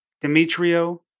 Demetrio